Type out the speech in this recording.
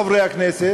חברי הכנסת,